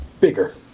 Bigger